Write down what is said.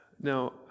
Now